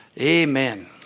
Amen